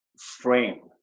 frame